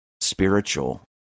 spiritual